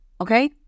okay